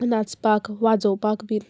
नाचपाक वाजोवपाक बीन